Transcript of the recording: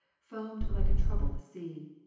foamed like a troubled sea,